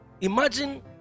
imagine